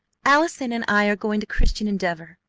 allison and i are going to christian endeavor,